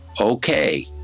okay